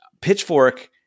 Pitchfork